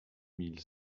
mille